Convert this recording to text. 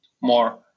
more